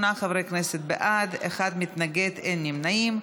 48 חברי כנסת בעד, אחד מתנגד, אין נמנעים.